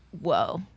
whoa